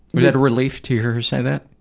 that a relief to hear her say that?